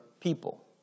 people